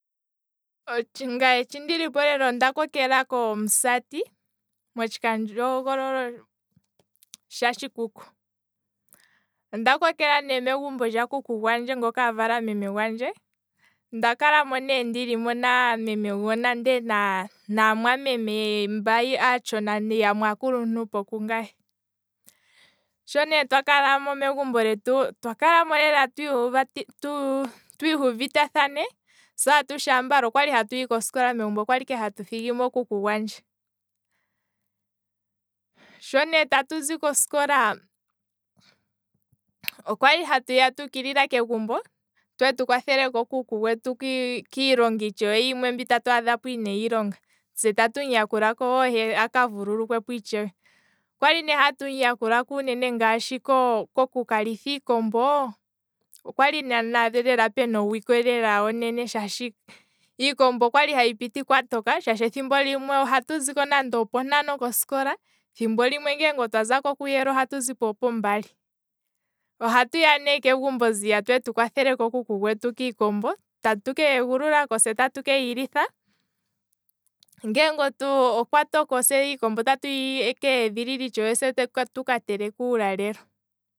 Ngaye shi ndilipo lela onda kokela komusati motshikandjo hogololo tshaoshikuku, onda kokela ne megumbo lyakuku gwandje ngoka avala meme gwandje nda kalamo ne ndili mo nameme gona nde naamwameme mba aatshona yo yamwe aakuluntu po kungaye, sho ne twakalamo megumbo lyetu otwa kala twii huvita thane se atushe ambala otwa kala hatu hi kosikola. megumbo otwali ike hatu thigimo kuku gwandje, sho ne tatuzi kosikola okwali hatu ya tuukilila kegumbo, twee tukwathelepo kuku kiilonga yimwe mbyoka atu adha ineyi longa, se tatu muyakulako itshewe ye taka vululukwapo, okwali ne hatu muyakula ko uunene ngaashi koku kalitha iikombo, opwali ne lela puna owike onene shaashi iikombo okwali hayi piti kwatoka, shaashi se uunene ohatu ziko nande opontano kosikola, thimbo limwe ngele otwa zako kuyele ohatu ziko pombali, thimbo limwe oha tuya ne kegumbo nziya twee tu kwathele ko kuku gwetu kiikombo, tatu keyi egululako se tatu keyilitha, ngeenge okwa toko, iikombo otatu yi edhilile se tatu ka teleka